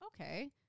Okay